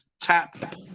tap